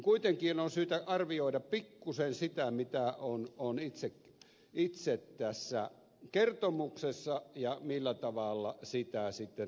kuitenkin on syytä arvioida pikkuisen sitä mitä on itse tässä kertomuksessa ja millä tavalla sitä sitten talousvaliokunta kommentoi